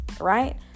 right